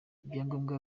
ibyangombwa